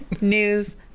news